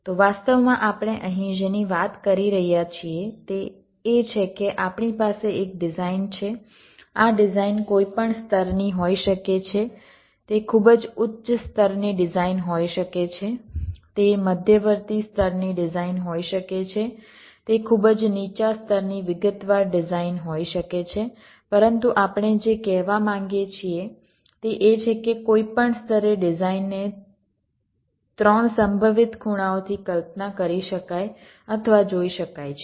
તો વાસ્તવમાં આપણે અહીં જેની વાત કરી રહ્યા છીએ તે એ છે કે આપણી પાસે એક ડિઝાઇન છે આ ડિઝાઇન કોઈપણ સ્તરની હોઈ શકે છે તે ખૂબ જ ઉચ્ચ સ્તરની ડિઝાઇન હોઈ શકે છે તે મધ્યવર્તી સ્તરની ડિઝાઇન હોઈ શકે છે તે ખૂબ જ નીચા સ્તરની વિગતવાર ડિઝાઇન હોઈ શકે છે પરંતુ આપણે જે કહેવા માંગીએ છીએ તે એ છે કે કોઈપણ સ્તરે ડિઝાઇનને 3 સંભવિત ખૂણાઓથી કલ્પના કરી શકાય અથવા જોઈ શકાય છે